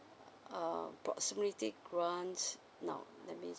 err proximity grant now let me